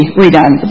redone